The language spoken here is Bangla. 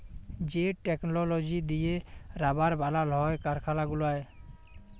যে টেকললজি দিঁয়ে রাবার বালাল হ্যয় কারখালা গুলায়